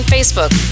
Facebook